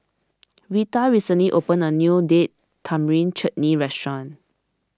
Reta recently opened a new Date Tamarind Chutney restaurant